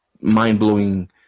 mind-blowing